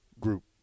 group